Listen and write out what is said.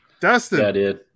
Dustin